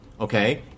okay